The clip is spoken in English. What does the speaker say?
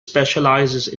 specializes